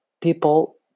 people